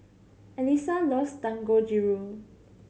Elisa loves Dangojiru